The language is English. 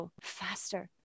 faster